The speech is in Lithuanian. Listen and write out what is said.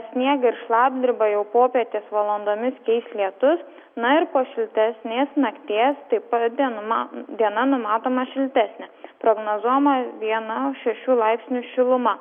sniegą ir šlapdribą jau popietės valandomis keis lietus na ir po šiltesnės nakties taip vadinama diena numatoma šiltesnė prognozuojama viena šešių laipsnių šiluma